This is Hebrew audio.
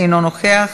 אינו נוכח,